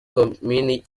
komini